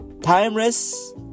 Timeless